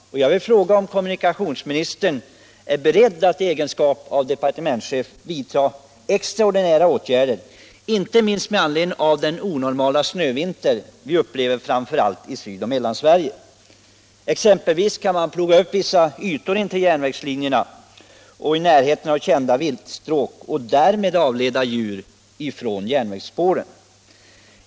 Jag vill frågå om kommunikationsministern är beredd att i egenskap av departementschef vidta extraordinära åtgärder, inte minst med anledning av 89 den onormala snövinter vi nu upplever, framför allt i Sydoch Mellansverige. Exempelvis kan man ploga upp vissa ytor intill järnvägslinjerna, i närheten av kända viltstråk, och därmed avleda djuren från järnvägsspåren.